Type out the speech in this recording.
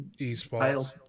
esports